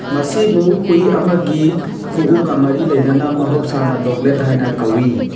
ꯃꯁꯤꯕꯨ ꯍꯨꯏ ꯑꯃꯒꯤ ꯈꯨꯎꯒ ꯃꯔꯤ ꯂꯩꯅꯅ ꯃꯍꯧꯁꯥꯅ ꯗꯣꯛꯂꯦꯠ ꯍꯥꯏꯅ ꯀꯧꯋꯤ